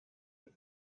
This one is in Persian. میشن